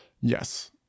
Yes